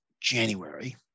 January